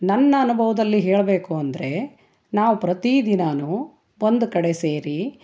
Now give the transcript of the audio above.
ನನ್ನ ಅನುಭವದಲ್ಲಿ ಹೇಳಬೇಕು ಅಂದರೆ ನಾವು ಪ್ರತಿದಿನಾನೂ ಒಂದು ಕಡೆ ಸೇರಿ